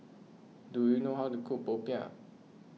do you know how to cook Popiah